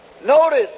Notice